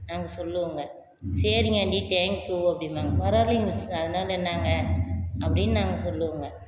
நாங்கள் சொல்வோங்க சரிங்க ஆண்ட்டி தேங்க்யூ அப்படிம்பாங்க பரவாயில்லைங்க மிஸ் அதனால என்னங்க அப்படின்னு நாங்கள் சொல்வோங்க